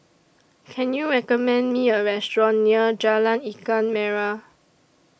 Can YOU recommend Me A Restaurant near Jalan Ikan Merah